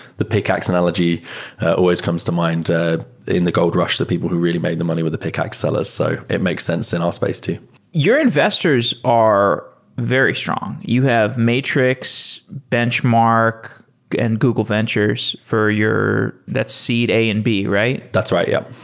the pickaxe analogy always comes to mind ah in the gold rush that people who really made the money with the pickaxe sellers. so it makes sense in our space too your investors are very strong. you have matrix, benchmark and google ventures for your that's seed a and b, right? that's right. yeah.